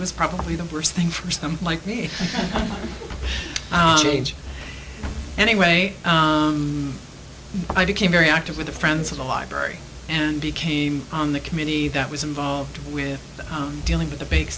was probably the worst thing for some like me change anyway i became very active with the friends of the library and became on the committee that was involved with dealing with the bake